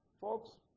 Folks